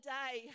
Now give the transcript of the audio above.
day